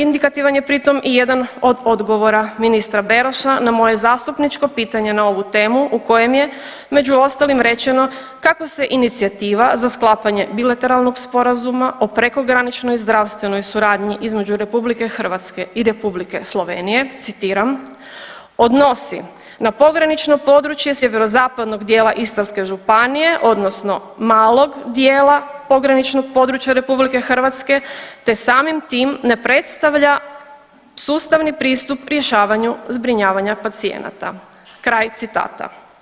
Indikativan je pritom i jedan od odgovora ministra Beroša na moje zastupničko pitanje na ovu temu u kojem je, među ostalim rečeno, kako se inicijativa za sklapanje bilateralnog sporazuma o prekograničnoj zdravstvenoj suradnji između RH i R. Slovenije, citiram, odnosi na pogranično područje sjeverozapadnog dijela Istarske županije odnosno malog dijela pograničnog područja RH te samim tim ne predstavlja sustavni pristup rješavanju zbrinjavanja pacijenata, kraj citata.